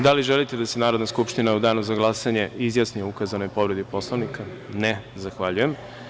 Da li želite da se Skupština u danu za glasanje izjasni o ukazanoj povredi Poslovnika? (Ne) Zahvaljujem.